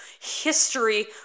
history